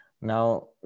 Now